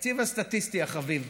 התקציב הסטטיסטי החביב,